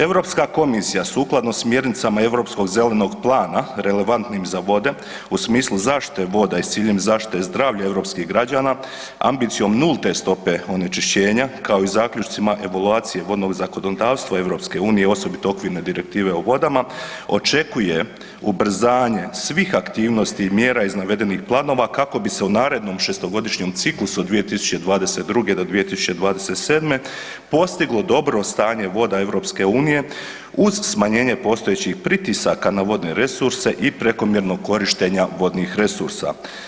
Europska komisija sukladno smjernicama Europskog zelenog plana relevantnim za vode u smislu zaštite voda i s ciljem zaštite zdravlja europskih građana ambicijom nulte stope onečišćenja, kao i zaključcima evaluacije vodnog zakonodavstva EU, osobito Okvirne direktive o vodama, očekuje ubrzanje svih aktivnosti i mjera iz navedenih planova kako bi se u narednom 6-godišnjem ciklusu od 2022. do 2027. postiglo dobro stanje voda EU uz smanjenje postojećih pritisaka na vodne resurse i prekomjerno korištenja vodnih resorsa.